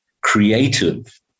creative